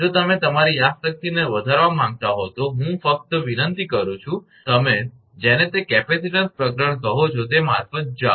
જો તમે તમારી યાદશક્તિને વધારવા માંગતા હોવ તો હું ફકત વિનંતી કરું છું કે તમે જેને તે કેપેસિટીન્સ પ્રકરણ કહો છો તે મારફત જાઓ